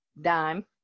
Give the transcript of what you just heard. Dime